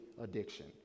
addiction